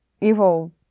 evil